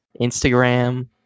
Instagram